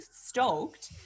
stoked